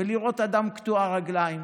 ולראות אדם קטוע רגליים